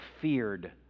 feared